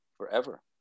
forever